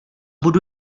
budu